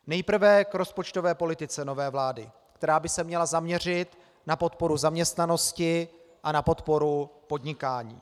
Nejprve k rozpočtové politice nové vlády, která by se měla zaměřit na podporu zaměstnanosti a na podporu podnikání.